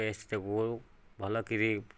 paste ଦେବୁ ଭଲ କରି